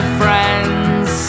friends